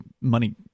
money